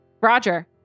Roger